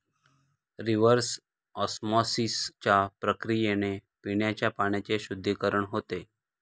reverse ऑस्मॉसिसच्या प्रक्रियेने पिण्याच्या पाण्याचे शुद्धीकरण होते